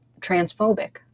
transphobic